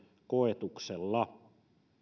koetuksella